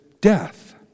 death